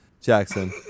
Jackson